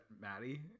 Maddie